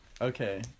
Okay